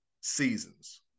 seasons